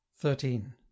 thirteen